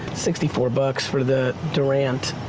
sixty four bucks for the durant.